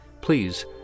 please